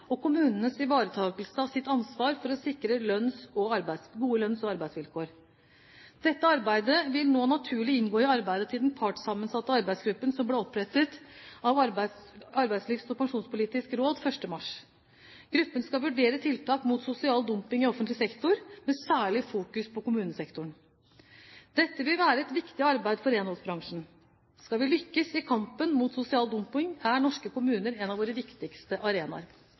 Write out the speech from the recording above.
og kommunenes ivaretakelse av sitt ansvar for å sikre gode lønns- og arbeidsvilkår. Dette arbeidet vil nå naturlig inngå i arbeidet til den partssammensatte arbeidsgruppen som ble opprettet av Arbeidslivs- og pensjonspolitisk råd 1. mars. Gruppen skal vurdere tiltak mot sosial dumping i offentlig sektor, med særlig fokus på kommunesektoren. Dette vil være et viktig arbeid for renholdsbransjen. Skal vi lykkes i kampen mot sosial dumping, er norske kommuner en av våre viktigste arenaer.